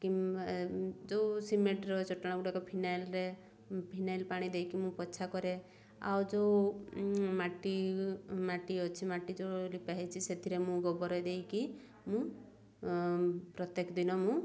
କି ଯେଉଁ ସିମେଣ୍ଟର ଚଟାଣ ଗୁଡ଼ାକ ଫିନାଇଲ୍ରେ ଫିନାଇଲ୍ ପାଣି ଦେଇକି ମୁଁ ପୋଛା କରେ ଆଉ ଯେଉଁ ମାଟି ମାଟି ଅଛି ମାଟି ଯେଉଁ ଲିପା ହେଇଛି ସେଥିରେ ମୁଁ ଗୋବର ଦେଇକି ମୁଁ ପ୍ରତ୍ୟେକ ଦିନ ମୁଁ